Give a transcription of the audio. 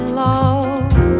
love